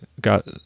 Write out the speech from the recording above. got